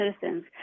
citizens